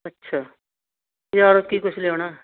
ਅੱਛਾ ਬਾਜ਼ਾਰੋਂ ਕੀ ਕੁਛ ਲਿਆਉਣਾ